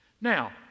Now